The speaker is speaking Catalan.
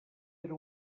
era